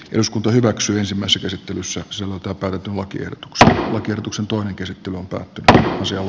eduskunta hyväksyy samassa käsittelyssä se on toteutettu lakiehdotukseen lakiehdotuksen toinen kysytty mutta tähän se on